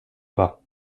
pas